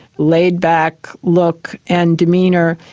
laid-back look and demeanour,